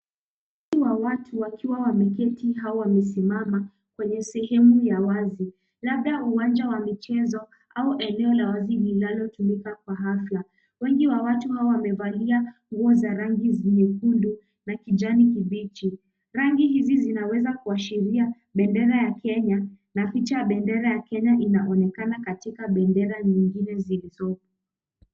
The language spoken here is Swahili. Kundi la watu wakiwa wameketi au wamesimama kwenye sehemu ya wazi. Labda uwanja wa mchezo au eneo la wazi linalitumika kwa ghafla. Wengi wa watu hawa wamevalia nguo za rangi nyekundu na kujani kibichi. Rangi hizi zinaweza kuashiria bendera ya Kenya na picha ya bendera ya Kenya inaonekana katika bendera nyingine zilizoko.